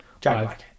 Jack